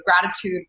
gratitude